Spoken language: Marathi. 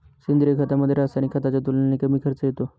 सेंद्रिय खतामध्ये, रासायनिक खताच्या तुलनेने कमी खर्च येतो